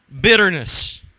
bitterness